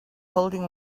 holding